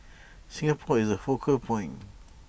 Singapore is the focal point